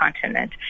continent